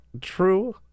true